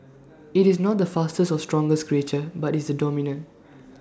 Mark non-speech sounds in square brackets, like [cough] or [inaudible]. [noise] IT is not the fastest or strongest creature but is the dominant [noise]